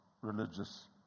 religious